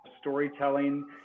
storytelling